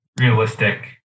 realistic